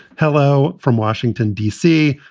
hello from washington, d c,